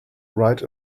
right